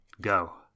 Go